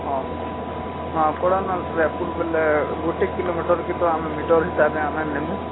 ହଁ ନୂଆପଡ଼ା ନ ରାୟପୁର ବୋଇଲେ ଗୋଟେ କିଲୋମିଟର୍ କିନ୍ତୁ ଆମେ ମିଟର୍ ହିସାବରେ ଆମେ ନେବୁ